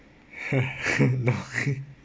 no